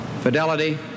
Fidelity